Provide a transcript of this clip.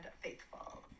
faithful